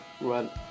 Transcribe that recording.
right